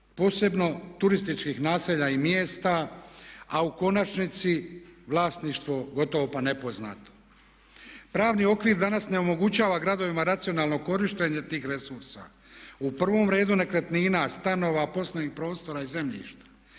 posebno turističkih naselja i mjesta a u konačnici vlasništvo gotovo pa nepoznato. Pravni okvir danas ne omogućava gradovima racionalno korištenje tih resursa. U prvom redu nekretnina, stanova, poslovnih prostora i zemljišta.